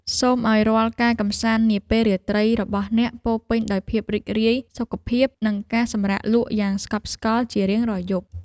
សូមឱ្យរាល់ការកម្សាន្តនាពេលរាត្រីរបស់អ្នកពោរពេញដោយភាពរីករាយសុភមង្គលនិងការសម្រាកលក់យ៉ាងស្កប់ស្កល់ជារៀងរាល់យប់។